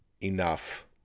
enough